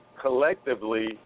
collectively